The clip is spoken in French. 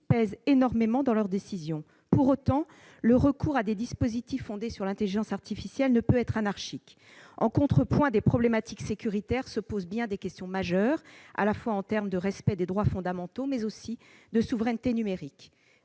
pèsent énormément dans leur décision. Pour autant, le recours à des dispositifs fondés sur l'intelligence artificielle ne peut être anarchique. En contrepoint des problématiques sécuritaires se posent des questions majeures en termes tant de respect des droits fondamentaux que de souveraineté numérique.